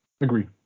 Agree